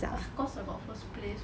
of course I got first place